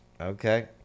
Okay